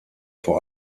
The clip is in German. vor